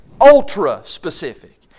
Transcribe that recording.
ultra-specific